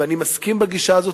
ואני מסכים לגישה הזאת,